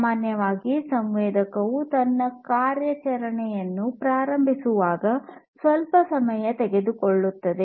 ಸಾಮಾನ್ಯವಾಗಿ ಸಂವೇದಕವು ತನ್ನ ಕಾರ್ಯಾಚರಣೆಯನ್ನು ಪ್ರಾರಂಭಿಸಿದಾಗ ಸ್ವಲ್ಪ ಸಮಯ ತೆಗೆದುಕೊಳ್ಳುತ್ತದೆ